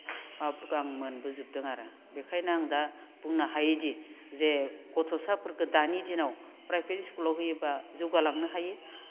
भाबखो आं मोनबोजोबदों आरो बेखायनो आं दा बुंनो हायोदि जे गथ'साफोरखो दानि दिनाव प्राइभेट स्कुलाव होयोब्ला जौगालांनो हायो